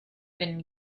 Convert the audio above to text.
been